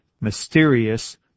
mysterious